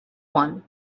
one